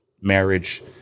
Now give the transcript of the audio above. marriage